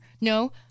No